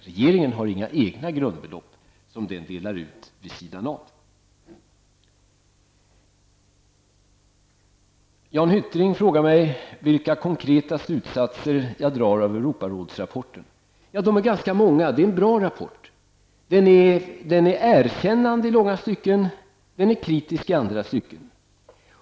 Regeringen har inga egna grundbelopp som den delar ut vid sidan av. Jan Hyttring frågar mig vilka konkreta slutsatser jag drar av Europarådsrapporten. Mina slutsatser är ganska många. Det är en bra rapport. Den är erkännande i långa stycken, och den är kritisk i andra stycken.